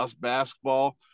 basketball